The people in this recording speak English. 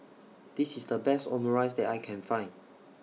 This IS The Best Omurice that I Can Find